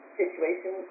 situation